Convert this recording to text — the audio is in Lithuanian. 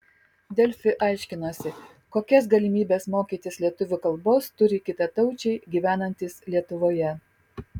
delfi aiškinosi kokias galimybes mokytis lietuvių kalbos turi kitataučiai gyvenantys lietuvoje